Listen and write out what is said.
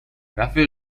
رفیق